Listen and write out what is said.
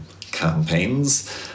campaigns